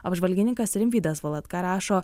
apžvalgininkas rimvydas valatka rašo